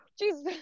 Jesus